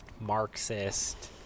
Marxist